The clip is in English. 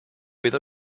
with